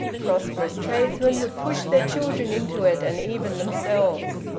prosperous tradesmen would push their children into it, and even themselves.